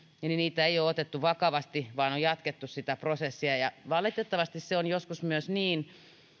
niin niitä ei ole otettu vakavasti vaan on jatkettu sitä prosessia valitettavasti se on joskus myös niin